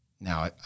Now